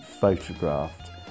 photographed